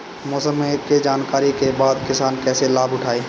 मौसम के जानकरी के बाद किसान कैसे लाभ उठाएं?